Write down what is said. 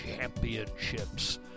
Championships